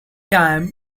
time